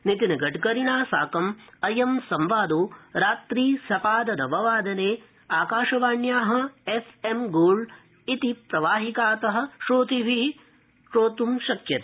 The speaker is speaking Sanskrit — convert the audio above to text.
नितिन गडकरिणा साकम् अयं संवादो रात्रौ सपाद नववादने आकाशवाण्या एफ़एम़ गोल्ड प्रवाहिकात श्रोतृभि श्रोतृं शक्ष्यते